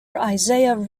isaiah